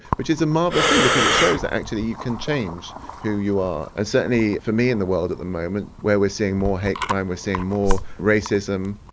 which is a marvellous thing, because it shows that actually you can change who you are. and certainly for me in the world at the moment, where we're seeing more hate crime, we're seeing more racism,